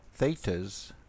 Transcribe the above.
Thetas